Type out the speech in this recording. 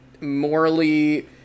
morally